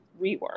rework